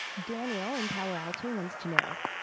daniel, in palo alto, wants to know,